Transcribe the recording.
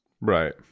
Right